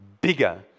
bigger